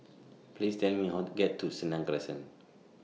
Please Tell Me How to get to Senang Crescent